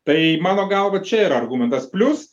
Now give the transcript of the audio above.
tai mano galva čia yra argumentas plius